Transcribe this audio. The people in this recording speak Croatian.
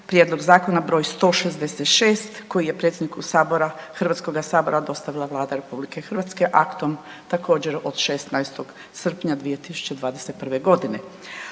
prijedlog zakona br. 166. koji je predsjedniku sabora, HS dostavila Vlada RH aktom također od 16. srpnja 2021.g..